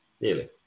Nearly